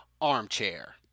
armchair